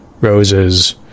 roses